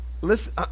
listen